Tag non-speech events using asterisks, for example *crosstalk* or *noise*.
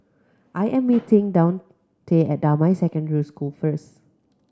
I am *noise* meeting Daunte at Damai Secondary School first